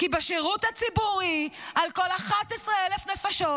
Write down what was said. כי בשירות הציבורי על כל 11,000 נפשות,